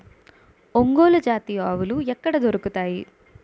ఒంగోలు జాతి ఆవులు ఎక్కడ దొరుకుతాయి?